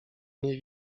nie